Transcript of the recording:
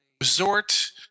resort